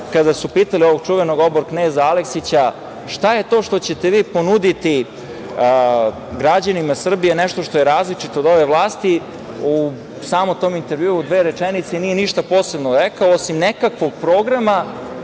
kada su pitali ovog čuvenog obor-kneza Aleksića, šta je to što ćete vi ponuditi građanima Srbije, a nešto što je različito od ove vlasti, u samom tom intervjuu, u dve rečenice, nije ništa posebno rekao, osim nekakvog programa